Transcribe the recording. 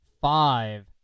Five